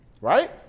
Right